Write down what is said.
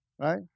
right